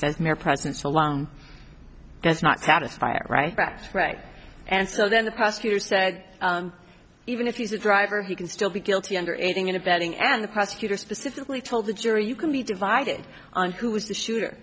says mere presence so long as not satisfy it right that's right and so then the prosecutor said even if he's a driver he can still be guilty under aiding and abetting and the prosecutor specifically told the jury you can be divided on who was the shooter